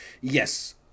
Yes